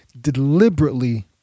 deliberately